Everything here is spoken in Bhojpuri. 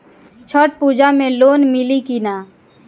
छठ पूजा मे लोन मिली की ना?